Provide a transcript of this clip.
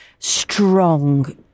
strong